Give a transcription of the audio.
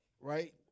Right